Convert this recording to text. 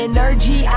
Energy